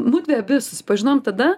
mudvi abi susipažinom tada